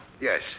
Yes